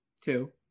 Two